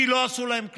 כי לא עשו להם כלום.